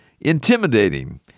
intimidating